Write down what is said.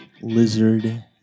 Lizard